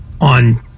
on